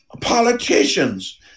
politicians